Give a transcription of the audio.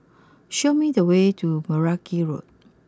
show me the way to Meragi Road